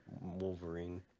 wolverine